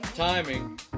timing